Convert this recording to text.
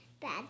bad